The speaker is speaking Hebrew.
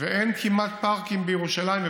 ואין כמעט פארקים בירושלים,